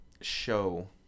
show